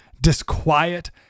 disquiet